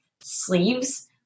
sleeves